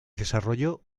desarrolló